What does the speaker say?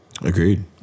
Agreed